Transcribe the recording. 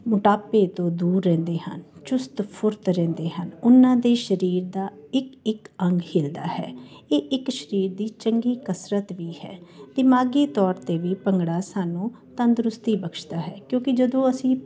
ਮੋਟਾਪੇ ਤੋਂ ਦੂਰ ਰਹਿੰਦੇ ਹਨ ਚੁਸਤ ਫੁਰਤ ਰਹਿੰਦੇ ਹਨ ਉਹਨਾਂ ਦੇ ਸਰੀਰ ਦਾ ਇੱਕ ਇੱਕ ਅੰਗ ਹਿਲਦਾ ਹੈ ਇਹ ਇੱਕ ਸਰੀਰ ਦੀ ਚੰਗੀ ਕਸਰਤ ਵੀ ਹੈ ਦਿਮਾਗੀ ਤੌਰ 'ਤੇ ਵੀ ਭੰਗੜਾ ਸਾਨੂੰ ਤੰਦਰੁਸਤੀ ਬਖਸ਼ਦਾ ਹੈ ਕਿਉਂਕਿ ਜਦੋਂ ਅਸੀਂ